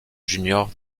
junior